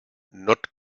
not